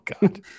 God